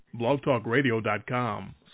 blogtalkradio.com